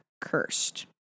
cursed